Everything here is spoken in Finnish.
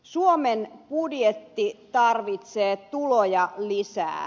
suomen budjetti tarvitsee tuloja lisää